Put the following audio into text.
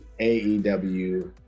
AEW